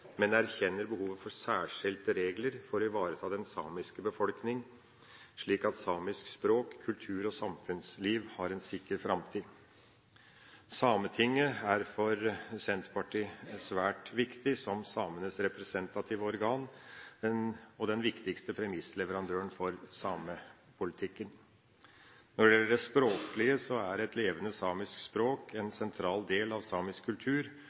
men erkjenner behovet for særskilte regler for å ivareta den samiske befolkning, slik at samisk språk, kultur og samfunnsliv har en sikker framtid. Sametinget er for Senterpartiet svært viktig som samenes representative organ og den viktigste premissleverandøren for samepolitikken. Når det gjelder det språklige, er et levende samisk språk en sentral del av samisk kultur,